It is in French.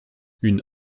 une